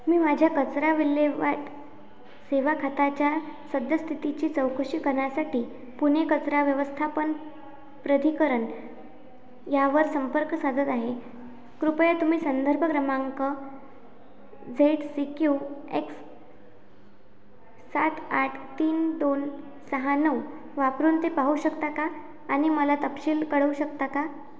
मी माझ्या कचरा विल्हेवाट सेवा खात्याच्या सद्यस्थितीची चौकशी करण्यासाठी पुणे कचरा व्यवस्थापन प्राधिकरण यावर संपर्क साधत आहे कृपया तुम्ही संदर्भ क्रमांक झेड सी क्यू एक्स सात आठ तीन दोन सहा नऊ वापरून ते पाहू शकता का आणि मला तपशील कळवू शकता का